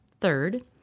Third